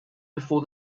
before